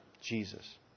Jesus